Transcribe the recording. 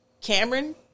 Cameron